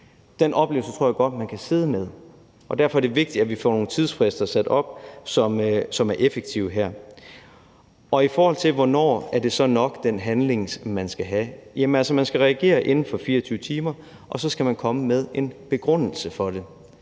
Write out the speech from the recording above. Den oplevelse tror jeg godt man kan sidde med. Og derfor er det vigtigt, at vi får nogle tidsfrister sat op, som er effektive her. I forhold til hvornår der så er nok tid til den handling, man skal udføre, vil jeg sige: Jamen altså, man skal reagere inden for 24 timer, og så skal man komme med en begrundelse for det.